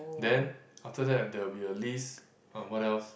then after that there will be a list uh what else